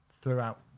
throughout